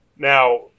Now